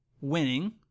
winning